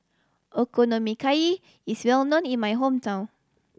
Okonomiyaki is well known in my hometown